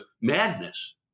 madness